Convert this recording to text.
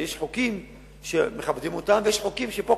שיש חוקים שמכבדים אותם ויש חוקים שפה,